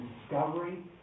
discovery